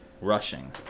Rushing